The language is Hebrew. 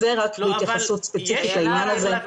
אז זה רק להתייחסות ספציפית, העניין הזה.